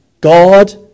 God